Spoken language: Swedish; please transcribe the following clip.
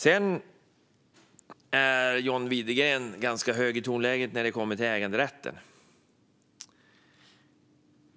Sedan har John Widegren ett ganska högt tonläge när det kommer till äganderätten.